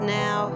now